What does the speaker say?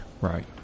Right